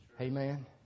Amen